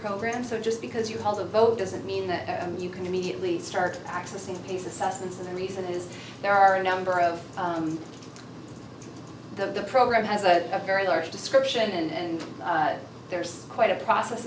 program so just because you hold a vote doesn't mean that you can immediately start access into these assessments and the reason is there are a number of the program has a very large description and there's quite a process